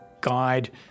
guide